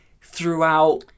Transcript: throughout